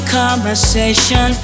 conversation